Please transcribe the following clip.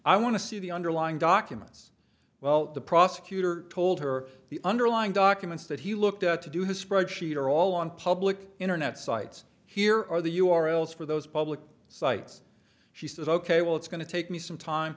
to see the underlying documents well the prosecutor told her the underlying documents that he looked at to do his spreadsheet are all on public internet sites here are the u r l s for those public sites she says ok well it's going to take me some time